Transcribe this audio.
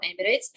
Emirates